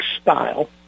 style